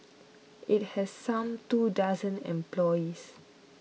it had some two dozen employees